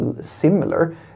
similar